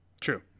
True